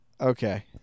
Okay